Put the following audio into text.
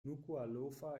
nukuʻalofa